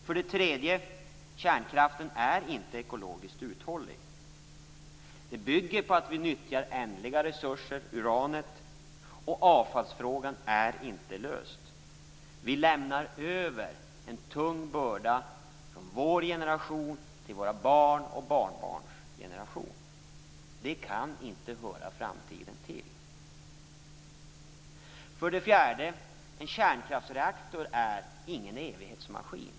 För det tredje är kärnkraften inte ekologiskt uthållig. Den bygger på att vi nyttjar ändliga resurser - uranet. Avfallsfrågan är inte löst. Vi lämnar över en tung börda från vår generation till våra barn och barnbarns generation. Det kan inte höra framtiden till. För det fjärde är en kärnkraftsreaktor ingen evighetsmaskin.